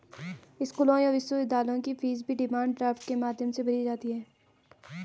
स्कूलों या विश्वविद्यालयों की फीस भी डिमांड ड्राफ्ट के माध्यम से भरी जाती है